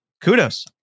kudos